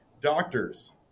doctor's